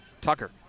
Tucker